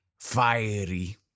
fiery